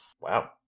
Wow